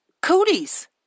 cooties